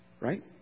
Right